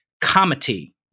comedy